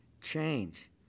change